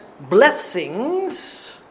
blessings